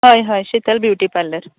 हय हय Shital beauty parlour